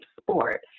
sport